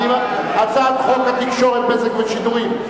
הצעת חוק התקשורת (בזק ושידורים)